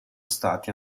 stati